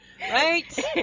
right